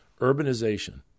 Urbanization